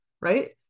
right